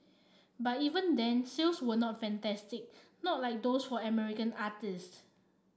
but even then sales were not fantastic not like those for American artistes